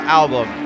album